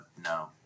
no